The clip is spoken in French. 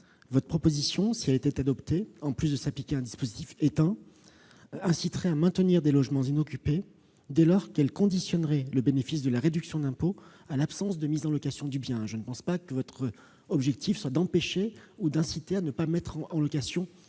votre proposition, en plus de s'appliquer à un dispositif éteint, inciterait à maintenir des logements inoccupés dès lors qu'elle conditionnerait le bénéfice de la réduction d'impôt à l'absence de mise en location du bien. Je ne pense pas que votre objectif soit d'empêcher la location ces biens. Je maintiens